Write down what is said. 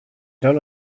don’t